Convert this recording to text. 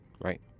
Right